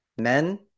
Men